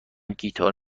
گیتار